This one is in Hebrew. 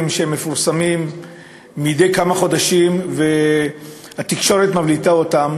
שמתפרסמים מדי כמה חודשים והתקשורת מבליטה אותם,